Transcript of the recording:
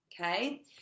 Okay